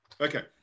okay